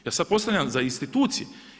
Ja sada postavljam za institucije.